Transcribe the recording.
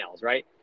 right